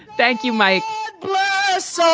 thank you, mike so,